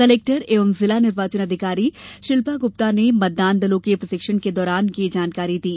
collector एवं जिला निर्वाचन अधिकारी शिल्पा गुप्ता ने मतदान दलों के प्रशिक्षण के दौरान यह जानकारी दी